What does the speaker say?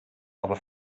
aber